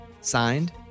Signed